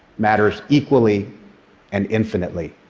matters equally and infinitely.